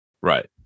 Right